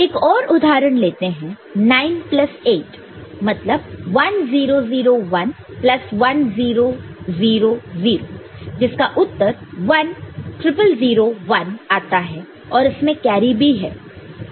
एक और उदाहरण लेते हैं 9 प्लस 8 मतलब 1 0 0 1 प्लस 1 0 0 0 जिसका उत्तर 1 0 0 0 1 आता है और इसमें कैरी भी है